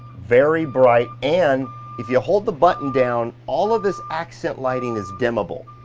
very bright, and if you hold the button down, all of this accent lighting is dimmable.